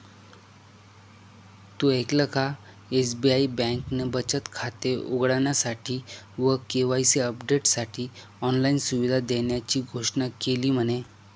तु ऐकल का? एस.बी.आई बँकेने बचत खाते उघडण्यासाठी व के.वाई.सी अपडेटसाठी ऑनलाइन सुविधा देण्याची घोषणा केली म्हने